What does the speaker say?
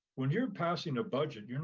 when you're passing a budget, you know